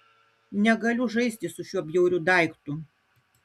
negaliu žaisti su šiuo bjauriu daiktu